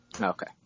Okay